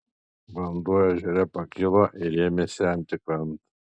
vanduo ežere pakilo ir ėmė semti krantą